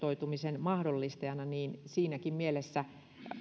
koulutuksen verkostoitumisen mahdollistajana niin siinäkin mielessä